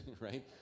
right